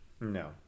No